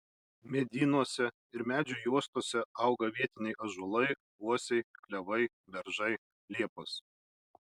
medynuose ir medžių juostose auga vietiniai ąžuolai uosiai klevai beržai liepos